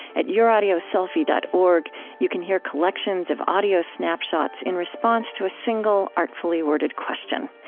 at youraudioselfie dot org you can hear collections of audio snapshots in response to a single, artfully worded question.